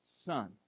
son